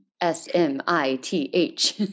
S-M-I-T-H